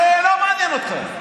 זה לא מעניין אותך.